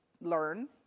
learn